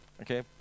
okay